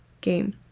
game